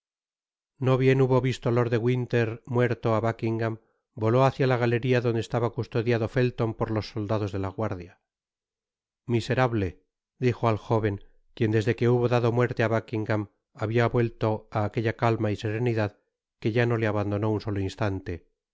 no bien hubo visto lord de winter muerto á buckingam voló hácia la galena donde estaba custodiado felton por los soldados de la guardia miserable dijo al jóven quien desde que hubo dado muerte á buckingam habia vuelto á aquella calma y serenidad que ya no le abandonó un solo instante